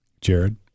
Jared